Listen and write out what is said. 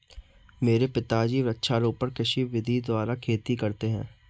मेरे पिताजी वृक्षारोपण कृषि विधि द्वारा खेती करते हैं